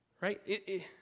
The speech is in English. Right